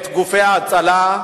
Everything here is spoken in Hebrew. את גופי ההצלה,